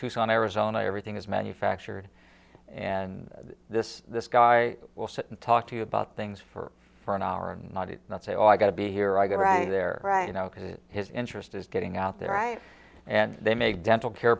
tucson arizona everything is manufactured and this this guy will sit and talk to you about things for for an hour and i did not say oh i got to be here i go right there right now because his interest is getting out there right and they make dental care